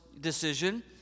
decision